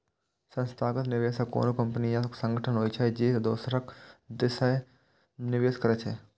संस्थागत निवेशक कोनो कंपनी या संगठन होइ छै, जे दोसरक दिस सं निवेश करै छै